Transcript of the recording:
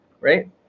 right